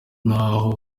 naho